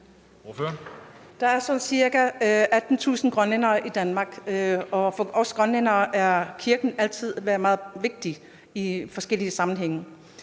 Der er sådan ca. 18.000 grønlændere i Danmark, og for os grønlændere har kirken altid været meget vigtig i forskellige sammenhænge.